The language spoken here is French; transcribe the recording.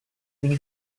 une